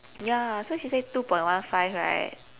ya so she said two point one five right